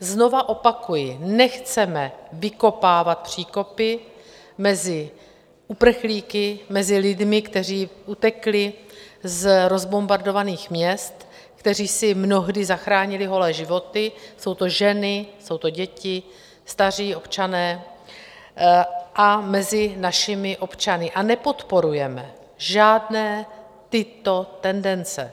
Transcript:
Znova opakuji, nechceme vykopávat příkopy mezi uprchlíky, mezi lidmi, kteří utekli z rozbombardovaných měst, kteří si mnohdy zachránili holé životy jsou to ženy, jsou to děti, staří občané a mezi našimi občany, a nepodporujeme žádné tyto tendence.